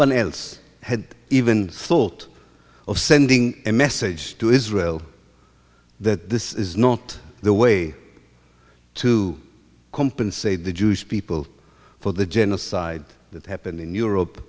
else had even thought of sending a message to israel that this is not the way to compensate the jewish people for the genocide that happened in europe